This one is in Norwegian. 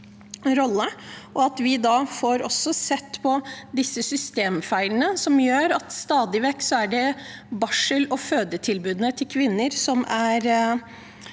og at vi også får sett på de systemfeilene som gjør at det stadig vekk er barsel- og fødetilbudene til kvinner som er